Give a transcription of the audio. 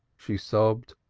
she sobbed,